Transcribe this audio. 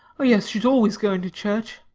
oh, yes, she's always going to church.